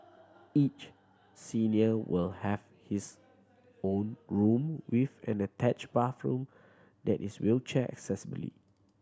each senior will have his own room with an attached bathroom that is wheelchair accessibly